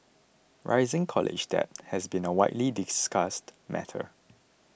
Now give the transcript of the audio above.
rising college debt has been a widely discussed matter